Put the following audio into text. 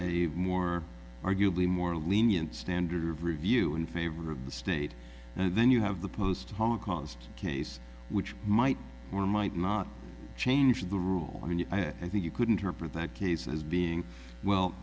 a more arguably more lenient standard of review in favor of the state and then you have the post holocaust case which might or might not change the rule i mean i think you couldn't her prove that case as being well